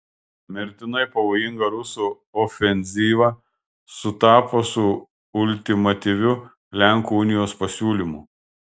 mirtinai pavojinga rusų ofenzyva sutapo su ultimatyviu lenkų unijos pasiūlymu